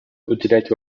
уделять